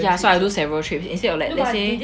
ya I'll do several trips instead of like let's say